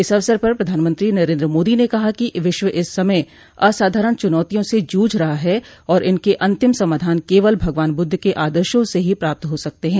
इस अवसर पर प्रधानमंत्री नरेंद्र मोदी ने कहा कि विश्व इस समय असाधारण चुनौतियों से जूझ रहा है और इनके अंतिम समाधान केवल भगवान बुद्ध के आदर्शों से ही प्राप्त हो सकते हैं